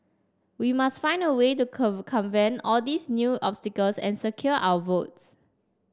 we must find a way to circumvent all these new obstacles and secure our votes